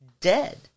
dead